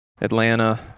Atlanta